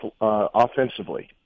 offensively